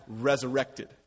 resurrected